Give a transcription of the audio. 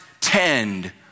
tend